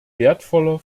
wertvoller